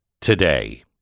today